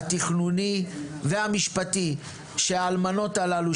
התכנוני והמשפטי שהאלמנות הללו,